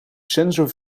sensor